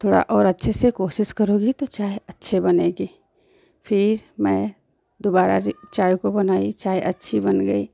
थोड़ा और अच्छे से कोशिश करोगी तो चाय अच्छी बनेगी फिर मैं दुबारा चाय को बनाई चाय अच्छी बन गई